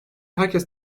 herkes